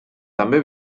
també